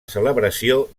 celebració